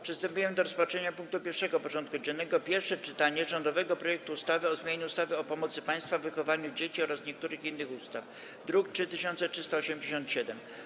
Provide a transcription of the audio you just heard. Przystępujemy do rozpatrzenia punktu 20. porządku dziennego: Pierwsze czytanie rządowego projektu ustawy o zmianie ustawy o pomocy państwa w wychowywaniu dzieci oraz niektórych innych ustaw (druk nr 3387)